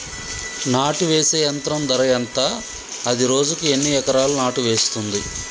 నాటు వేసే యంత్రం ధర ఎంత? అది రోజుకు ఎన్ని ఎకరాలు నాటు వేస్తుంది?